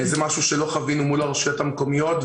זה משהו שלא חווינו מול הרשויות המקומיות.